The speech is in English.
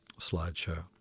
Slideshow